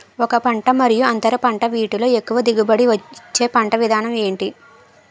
ఒక పంట మరియు అంతర పంట వీటిలో ఎక్కువ దిగుబడి ఇచ్చే పంట విధానం ఏంటి?